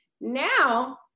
Now